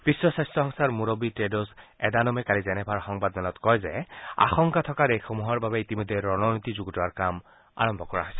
বিশ্ব স্বাস্থ্য সংস্থাৰ মূৰববী ত্ৰেদোছ এদান মে কালি জেনেভাৰ সংবাদ মেলত কয় যে আশংকা থকা দেশসমূহৰ বাবে ইতিমধ্যে ৰণনীতি যুগুতোৱাৰ কাম আৰম্ভ কৰা হৈছে